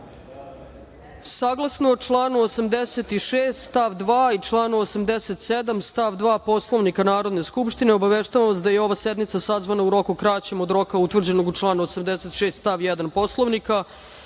članu 86. stav 2. i članu 87. stav 2. Poslovnika Narodne skupštine, obaveštavam vas da je ova sednica sazvana u roku kraćem od roka utvrđenog u članu 86. stav 1. Poslovnika,